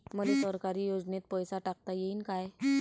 मले सरकारी योजतेन पैसा टाकता येईन काय?